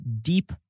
deep